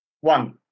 One